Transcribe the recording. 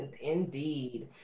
Indeed